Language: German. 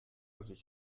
sich